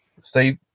Steve